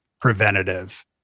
preventative